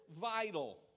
vital